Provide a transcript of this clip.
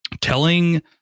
telling